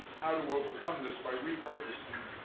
how to overcome this by repurposing